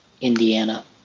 Indiana